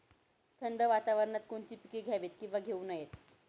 थंड वातावरणात कोणती पिके घ्यावीत? किंवा घेऊ नयेत?